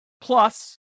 Plus